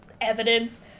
evidence